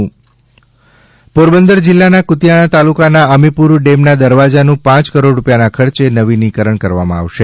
Porbandar Amipur dam Porbandar જિલ્લાના કુતિયાણા તાલુકાના અમીપુર ડેમના દરવાજાનું પાંચ કરોડ રૂપિયાના ખર્ચે નવીનીકરણ કરવામાં આવશે